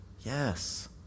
Yes